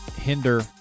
hinder